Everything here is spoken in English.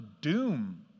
doom